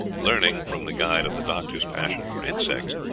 learning from the guide of the doctor's passion for insects,